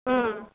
ம்